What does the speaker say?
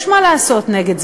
יש מה לעשות נגד זה.